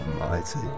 almighty